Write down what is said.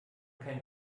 kein